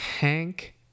hank